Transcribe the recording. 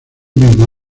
mismo